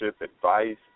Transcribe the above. advice